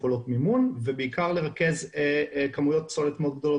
יכולות מימון ובעיקר ריכוז כמויות פסולת מאוד גדולות.